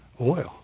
oil